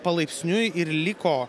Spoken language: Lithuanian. palaipsniui ir liko